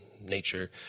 nature